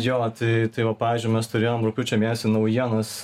jo tai tai va pavyzdžiui mes turėjom rugpjūčio mėnesį naujienas